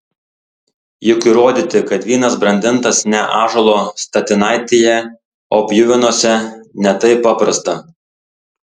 juk įrodyti kad vynas brandintas ne ąžuolo statinaitėje o pjuvenose ne taip paprasta